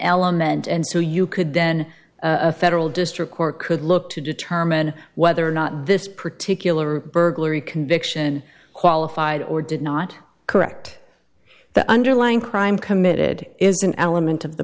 element and so you could then a federal district court could look to determine whether or not this particular burglary conviction qualified or did not correct the underlying crime committed is an element of the